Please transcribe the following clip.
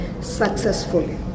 successfully